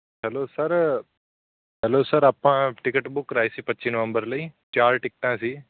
hello sir hello sir ਆਪਾਂ ticket book ਕਰਾਈ ਸੀ ਪੱਚੀ ਨਵੰਬਰ ਲਈ ਚਾਰ ਟਿਕਟਾਂ ਸੀ